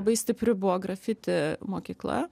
labai stipri buvo grafiti mokykla